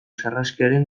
sarraskiaren